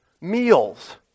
Meals